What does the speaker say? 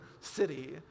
city